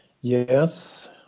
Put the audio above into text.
Yes